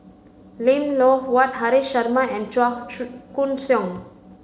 Lim Loh Huat Haresh Sharma and Chua Koon Siong